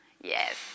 Yes